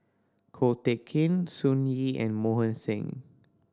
Ko Teck Kin Sun Yee and Mohan Singh